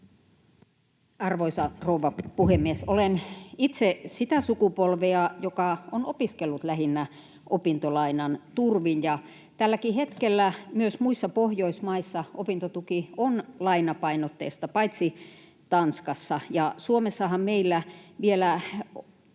Arvoisa rouva puhemies! Olen itse sitä sukupolvea, joka on opiskellut lähinnä opintolainan turvin, ja tälläkin hetkellä myös muissa Pohjoismaissa opintotuki on lainapainotteista, paitsi Tanskassa. Suomessahan meillä vielä